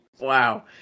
wow